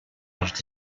els